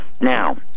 now